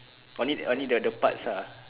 only only the the parts ah